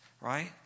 right